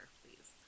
please